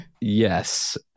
Yes